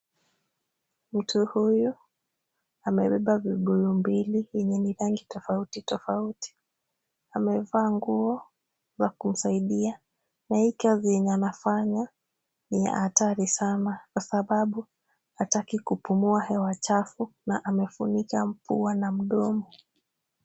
Mtu huyu amebeba vibuyu mbili yenye ni rangi tofauti tofauti. Amevaa nguo za kumsaidia na hii kazi yenye anafanya ni ya hatari sana kwa sababu hataki kupumua hewa chafu na amefunika pua na mdomo.